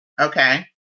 Okay